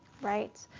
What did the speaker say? right.